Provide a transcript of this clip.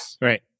Right